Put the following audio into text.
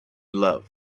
love